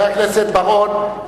חבר הכנסת בר-און,